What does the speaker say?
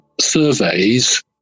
surveys